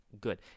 Good